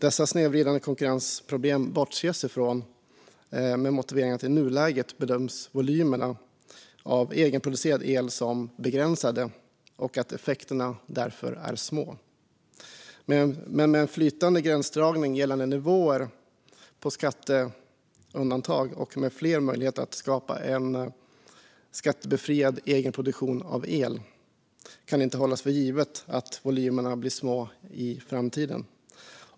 Dessa snedvridande konkurrensproblem bortses från med motiveringen att volymerna av egenproducerad el i nuläget bedöms som begränsade och att effekterna därför är små. Men med en flytande gränsdragning gällande nivåer på skatteundantag och med fler möjligheter att skapa en skattebefriad egenproduktion av el kan det inte hållas för givet att volymerna blir små i framtiden.